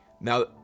Now